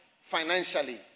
financially